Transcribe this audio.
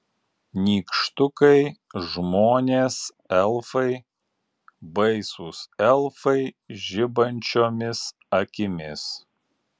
nykštukai žmonės elfai baisūs elfai žibančiomis akimis